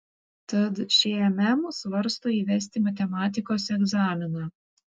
tad šmm svarsto įvesti matematikos egzaminą